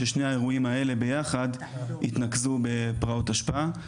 ששני האירועים האלה ביחד התנקזו בפראות תשפ"א.